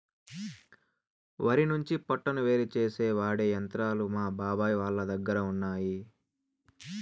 వరి నుంచి పొట్టును వేరుచేసేకి వాడె యంత్రాలు మా బాబాయ్ వాళ్ళ దగ్గర ఉన్నయ్యి